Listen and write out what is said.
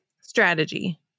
strategy